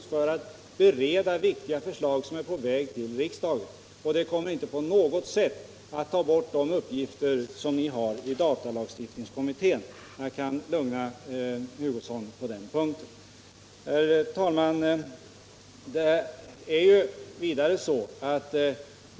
Och den skall bereda viktiga förslag som är på väg till riksdagen. Den kommer inte på något sätt att ta bort de uppgifter som ni har i datalagstiftningskommittén. Jag kan lugna Kurt Hugosson på den punkten.